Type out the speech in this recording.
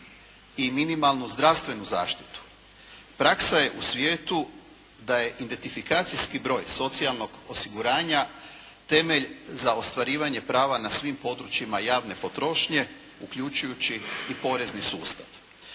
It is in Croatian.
i minimalnu zdravstvenu zaštitu. Praksa je u svijetu da je identifikacijski broj socijalnog osiguranja temelj za ostvarivanje prava na svim područjima javne potrošnje uključujući i porezni sustav.